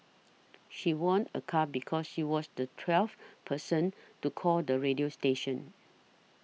she won a car because she was the twelfth person to call the radio station